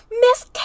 Miss